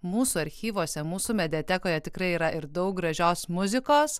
mūsų archyvuose mūsų mediatekoje tikrai yra ir daug gražios muzikos